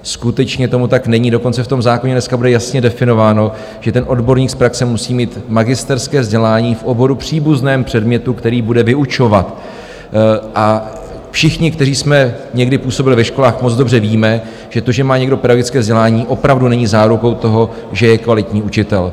Skutečně tomu tak není, dokonce v tom zákoně dneska bude jasně definováno, že ten odborník z praxe musí mít magisterské vzdělání v oboru příbuzném předmětu, který bude vyučovat, a všichni, kteří jsme někdy působili ve školách, moc dobře víme, že to, že má někdo pedagogické vzdělání, opravdu není zárukou toho, že je kvalitní učitel.